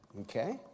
Okay